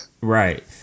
Right